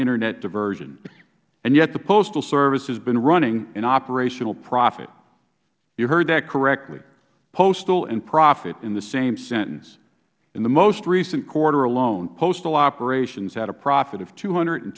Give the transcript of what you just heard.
internet diversion and yet the postal service has been running an operational profit you heard that correctly postal and profit in the same sentence in the most recent quarter alone postal operations had a profit of two hundred and